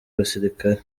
basirikare